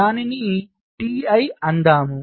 దానిని Ti అందాము